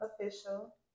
official